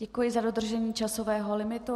Děkuji za dodržení časového limitu.